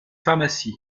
pharmacie